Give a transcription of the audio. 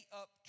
up